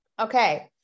okay